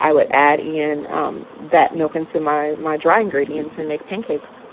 i would add in um that milk into my my dry ingredients and make pancakes